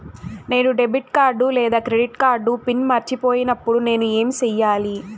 నేను debit card లేదా credit card pin మర్చిపోయినప్పుడు నేను ఏమి సెయ్యాలి?